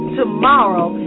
tomorrow